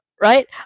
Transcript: right